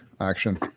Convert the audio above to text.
action